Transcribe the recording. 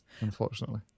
unfortunately